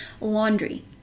Laundry